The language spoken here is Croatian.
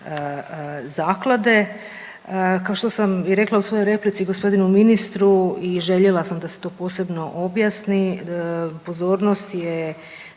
zaklade. Kao što sam i rekla u svojoj replici gospodinu ministru i željela sam da se to posebno objasni pozornost je